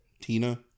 Tina